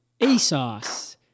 ASOS